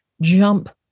jump